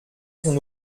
son